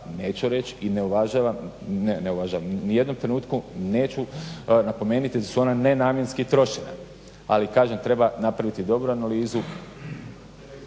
neću reć i ne uvažavam, ne uvažavam, ni u jednom trenutku neću napomenuti da su ona nenamjenski trošena, ali kažem treba napraviti dobru analizu